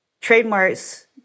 Trademarks